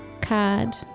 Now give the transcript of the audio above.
card